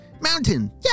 mountain